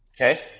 okay